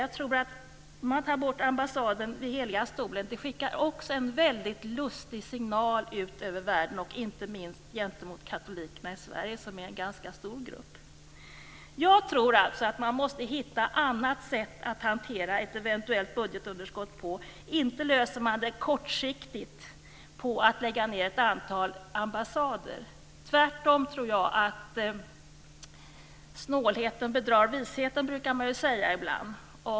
Tar man bort ambassaden från Heliga stolen skickar det också en mycket lustig signal ut över världen, inte minst gentemot katolikerna i Sverige som är en ganska stor grupp. Jag tror alltså att man måste hitta ett annat sätt att hantera ett eventuellt budgetunderskott på. Inte löser man det kortsiktigt genom att lägga ned ett antal ambassader. Tvärtom tror jag att snålheten bedrar visheten, som man brukar säga ibland.